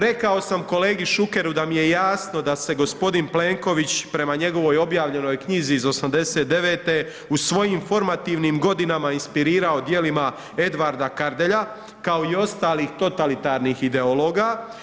Rekao sam kolegi Šukeru da mi je jasno da se g. Plenković prema njegovoj objavljenoj knjizi iz 89. u svojim formativnim godinama inspirirao djelima Edvarda Kardelja, kao i ostalih totalitarnih ideologa.